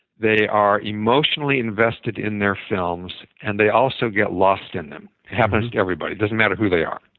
they are emotionally invested in their films and they also get lost in them. it happens to everybody. it doesn't matter who they are,